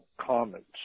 comments